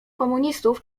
komunistów